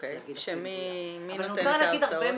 מי נותן את ההרצאות?